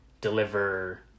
deliver